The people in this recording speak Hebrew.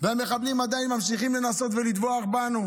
והמחבלים עדיין ממשיכים לנסות לטבוח בנו.